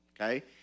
Okay